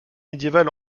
médiéval